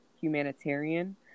humanitarian